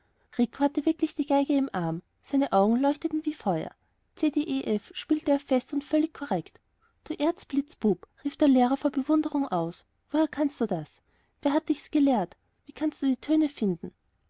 wirklich die geige im arm seine augen leuchteten auf wie feuer c d e f spielte er fest und völlig korrekt du erzblitzbub rief der lehrer vor bewunderung aus woher kannst du das wer hat dich's gelehrt wie kannst du die töne finden